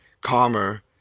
calmer